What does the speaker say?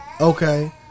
Okay